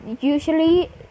usually